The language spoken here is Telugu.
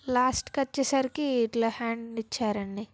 లాస్ట్కు వచ్చేసరికి ఇట్ల హ్యాండ్ ఇచ్చారండి